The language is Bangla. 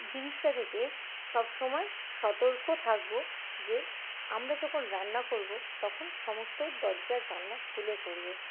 জিনিসটা থেকে সবসময় সতর্ক থাকবো যে আমরা যখন রান্না করবো তখন সমস্ত দরজা জানলা খুলে করবো